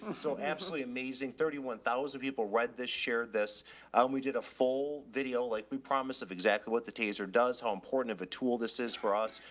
so absolutely amazing. thirty one thousand people read this, share this and um we did a full video like we promise of exactly what the taser does, how important of a tool this is for us,